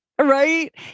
right